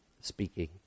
speaking